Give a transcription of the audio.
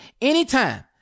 anytime